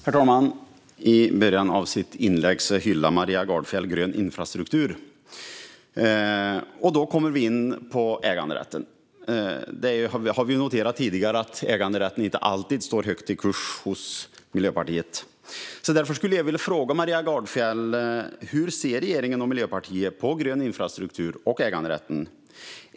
Herr talman! I början av sitt inlägg hyllade Maria Gardfjell grön infrastruktur, och då kommer vi in på äganderätten. Vi har tidigare noterat att äganderätten inte alltid står högt i kurs hos Miljöpartiet, så därför skulle jag vilja fråga Maria Gardfjell: Hur ser regeringen och Miljöpartiet på grön infrastruktur och äganderätten?